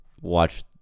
watch